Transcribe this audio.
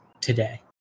today